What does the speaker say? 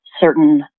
certain